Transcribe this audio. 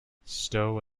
stowe